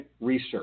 Research